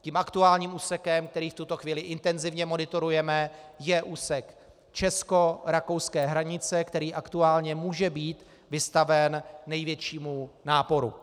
Tím aktuálním úsekem, který v tuto chvíli intenzivně monitorujeme, je úsek českorakouské hranice, který aktuálně může být vystaven největšímu náporu.